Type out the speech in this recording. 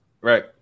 Right